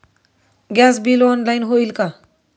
Gas bill online होईल का?